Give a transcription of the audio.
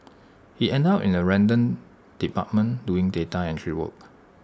he ended up in A random department doing data entry work